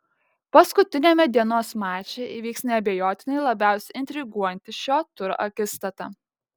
paskutiniame dienos mače įvyks neabejotinai labiausiai intriguojanti šio turo akistata